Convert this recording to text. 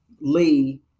lee